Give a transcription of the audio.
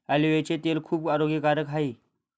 ऑलिव्हचे तेल खूप आरोग्यकारक आहे